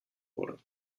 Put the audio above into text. wurde